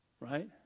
right